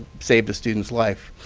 saved a student's life.